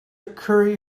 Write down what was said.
curry